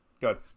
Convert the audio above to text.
good